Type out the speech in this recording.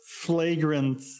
flagrant